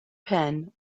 penn